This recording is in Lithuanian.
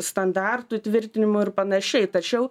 standartų tvirtinimu ir panašiai tačiau